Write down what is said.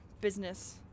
business